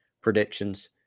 predictions